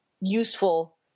useful